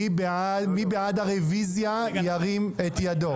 מי בעד הרביזיה ירים את ידו.